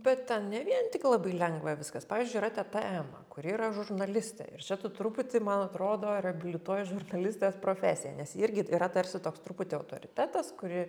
bet ten ne vien tik labai lengva viskas pavyzdžiui yra teta ema kuri yra žurnalistė ir čia tu truputį man atrodo reabilituoji žurnalistės profesiją nes ji irgi yra tarsi toks truputį autoritetas kuri